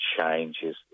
changes